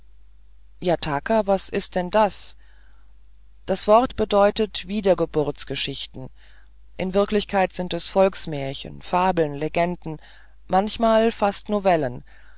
jataka was ist denn das das wort bedeutet wiedergeburtsgeschichten in wirklichkeit sind es volksmärchen fabeln legenden manchmal fast novellen